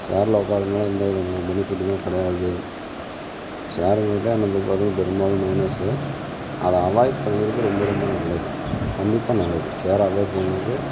சேர்ல உட்காறதுனால எந்த விதமான பெனிஃபிட்டுமே கிடையாது சேருங்குறதே என்னை பொறுத்த வரைக்கும் பெரும்பாலும் மைனஸ் அதை அவாய்ட் பண்ணிக்கிறது ரொம்ப ரொம்ப நல்லது கண்டிப்பாக நல்லது சேர அவாய்ட் பண்ணிக்கிறது